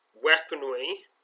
Weaponry